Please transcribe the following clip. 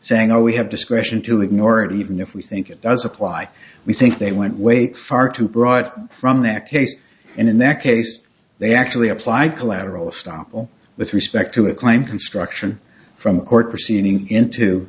saying oh we have discretion to ignore it even if we think it does apply we think they went wait far too broad from their case and in that case they actually applied collateral estoppel with respect to a claim construction from a court proceeding into